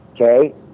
Okay